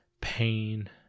pain